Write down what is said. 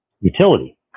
utility